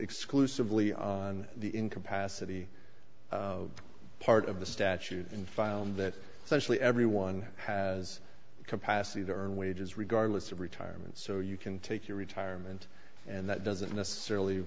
exclusively on the incapacity part of the statute and found that socially everyone has capacity to earn wages regardless of retirement so you can take your retirement and that doesn't necessarily